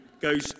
goes